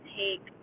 take